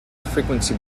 frequency